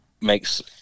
makes